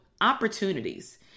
opportunities